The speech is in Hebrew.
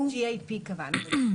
ה-GAP?